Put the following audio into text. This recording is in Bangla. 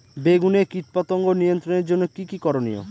বেগুনে কীটপতঙ্গ নিয়ন্ত্রণের জন্য কি কী করনীয়?